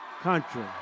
country